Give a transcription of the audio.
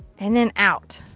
and then out.